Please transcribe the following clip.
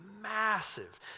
massive